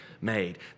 made